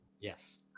Yes